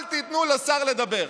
אל תיתנו לשר לדבר.